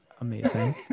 Amazing